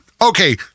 okay